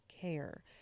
care